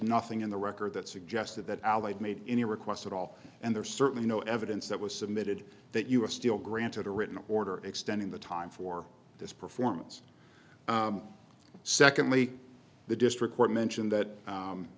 nothing in the record that suggested that allied made any request at all and there's certainly no evidence that was submitted that you are still granted a written order extending the time for this performance secondly the district court mentioned that